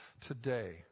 today